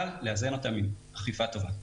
אבל לאזן אותם עם אכיפה טובה.